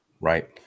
Right